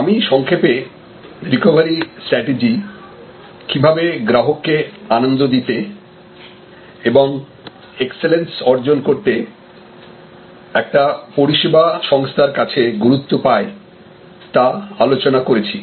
আমি সংক্ষেপে recovery strategy কিভাবে গ্রাহককে আনন্দ দিতে এবং এক্সেলেন্স অর্জন করতে একটা পরিষেবা সংস্থার কাছে গুরুত্ব পায় তা আলোচনা করেছি